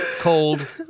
cold